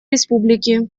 республики